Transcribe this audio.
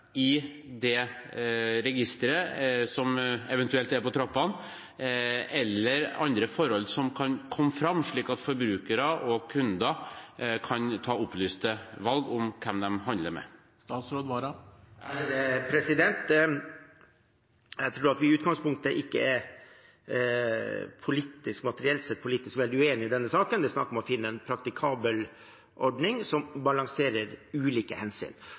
eller andre forhold som kan komme fram, slik at forbrukere og kunder kan ta opplyste valg om hvem de handler med? I utgangspunktet tror jeg vi materielt sett politisk ikke er veldig uenig i denne saken. Det er snakk om å finne en praktikabel ordning som balanserer ulike hensyn.